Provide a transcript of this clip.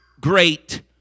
great